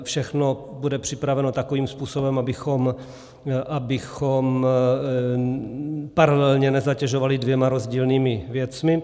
Všechno bude připraveno takovým způsobem, abychom paralelně nezatěžovali dvěma rozdílnými věcmi.